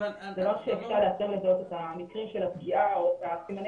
דבר שיאפשר לזהות את המקרים של הפגיעה או את סימני